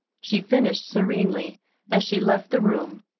she finished severely, as she left the room.